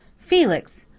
felix!